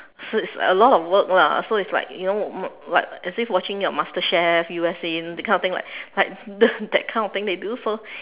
so it's a lot of work lah so it is you know like you know like as if watching your Masterchef U_S_A you know that kind of thing like you know that kind of thing they do so